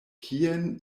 kien